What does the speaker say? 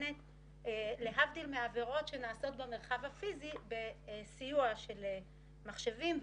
להבדיל מעבירות שנעשות במרחב הפיזי בסיוע של מחשבים.